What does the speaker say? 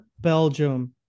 Belgium